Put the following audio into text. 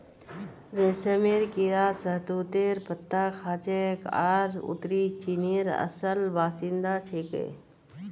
रेशमेर कीड़ा शहतूतेर पत्ता खाछेक आर उत्तरी चीनेर असल बाशिंदा छिके